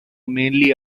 mainly